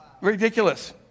Ridiculous